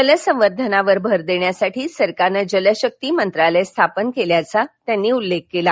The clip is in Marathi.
जल संवर्धनावर भर देण्यासाठी सरकारनं जलशक्ती मंत्रालय स्थापन केल्याचा त्यांनी उल्लेख केला